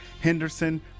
Henderson